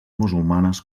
musulmanes